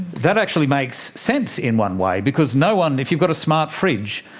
that actually makes sense in one way because no one, if you've got a smart fringe,